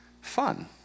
fun